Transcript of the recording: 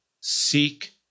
seek